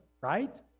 right